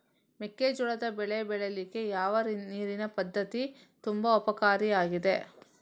ಮೆಕ್ಕೆಜೋಳದ ಬೆಳೆ ಬೆಳೀಲಿಕ್ಕೆ ಯಾವ ನೀರಿನ ಪದ್ಧತಿ ತುಂಬಾ ಉಪಕಾರಿ ಆಗಿದೆ?